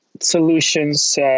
solutions